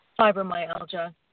fibromyalgia